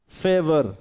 favor